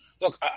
look